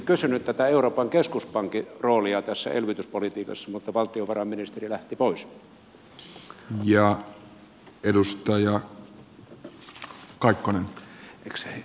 olisinkin kysynyt euroopan keskuspankin roolia tässä elvytyspolitiikassa mutta valtiovarainministeri lähti pois